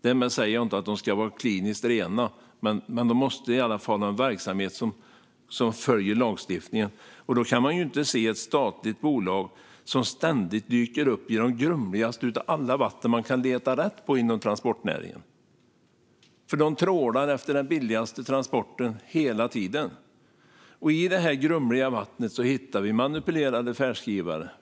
Därmed säger jag inte att de ska vara kliniskt rena, men de måste i alla fall ha en verksamhet som följer lagstiftningen. Då kan man inte ha ett statligt bolag som ständigt dyker upp i de grumligaste av alla vatten man kan leta rätt på inom transportnäringen och hela tiden trålar efter den billigaste transporten. I detta grumliga vatten hittar vi manipulerade färdskrivare.